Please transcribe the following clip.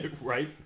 right